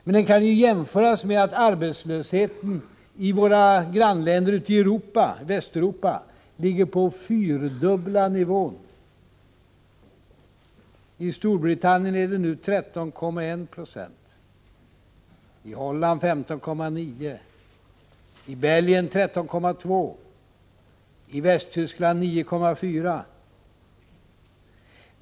Men den kan jämföras med att arbetslösheten i våra grannländer ute i Västeuropa ligger på fyrdubbla nivån: I Storbritannien är den nu 13,1 96, i Holland är den 15,9, i Belgien 13,2 och i Västtyskland 9,4 96.